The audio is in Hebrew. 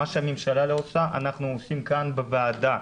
מה שהממשלה לא עושה אנחנו עושים כאן בוועדה.